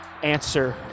answer